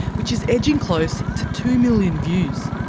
which is edging close to two million views.